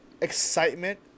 excitement